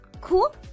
Cool